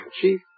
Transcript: chief